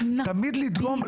תמיד לדגום,